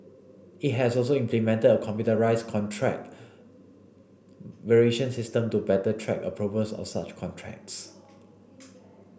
it has also implemented a computerised contract variation system to better track approvals of such contracts